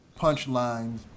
punchlines